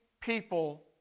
People